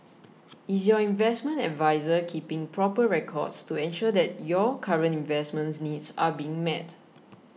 is your investment adviser keeping proper records to ensure that your current investment needs are being met